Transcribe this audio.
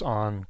on